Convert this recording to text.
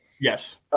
Yes